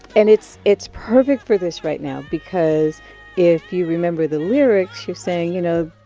and it's it's perfect for this right now because if you remember the lyrics, you're saying, you know,